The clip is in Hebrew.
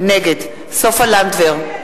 נגד סופה לנדבר,